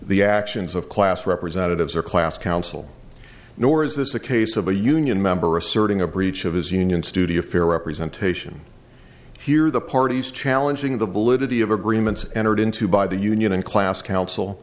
the actions of class representatives or class counsel nor is this a case of a union member asserting a breach of his union studio fair representation here the parties challenging the validity of agreements entered into by the union and class council